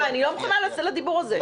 די, אני לא מוכנה לדיבור הזה.